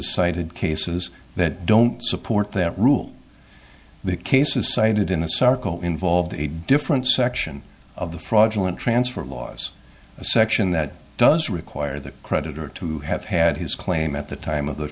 cited cases that don't support that rule the cases cited in the circle involved a different section of the fraudulent transfer laws a section that does require the creditor to have had his claim at the time of the